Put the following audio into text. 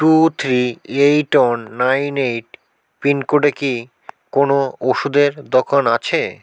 two three eight one nine eight পিনকোডে কি কোনও ওষুধের দোকান আছে